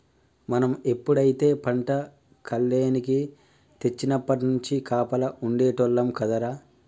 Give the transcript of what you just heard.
మనం ఎప్పుడైతే పంట కల్లేనికి తెచ్చినప్పట్నుంచి కాపలా ఉండేటోల్లం కదరా